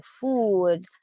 food